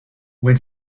when